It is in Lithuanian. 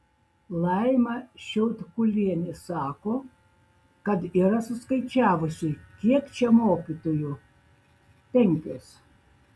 laima šiaudkulienė sako kad yra suskaičiavusi kiek čia mokytojų penkios